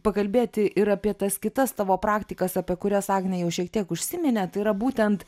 pakalbėti ir apie tas kitas tavo praktikas apie kurias agnė jau šiek tiek užsiminė tai yra būtent